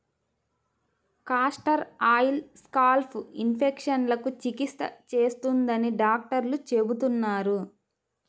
castor oil scalp ఇన్ఫెక్షన్లకు చికిత్స చేస్తుందని డాక్టర్లు చెబుతున్నారు